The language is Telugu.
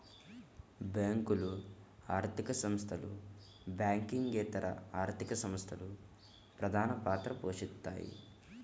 బ్యేంకులు, ఆర్థిక సంస్థలు, బ్యాంకింగేతర ఆర్థిక సంస్థలు ప్రధానపాత్ర పోషిత్తాయి